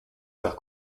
faire